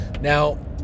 now